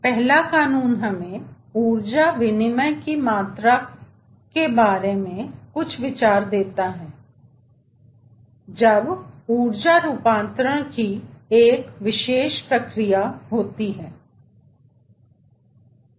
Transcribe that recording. पहले कानून हमें ऊर्जा विनिमय की मात्रा के बारे में कुछ विचार देता है जब ऊर्जा रूपांतरण की एक विशेष प्रक्रिया होती है